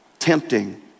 tempting